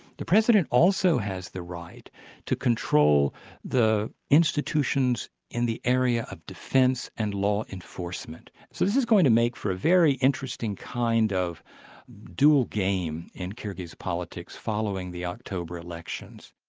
the president also has the right to control the institutions in the area of defence and law enforcement. so this is going to make a very interesting kind of duel game in kyrgyz politics, following the october elections.